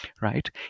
right